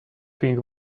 thing